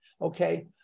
okay